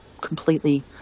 completely